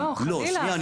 לא, חלילה.